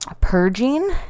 purging